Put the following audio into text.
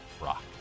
rock